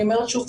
אני אומרת שוב,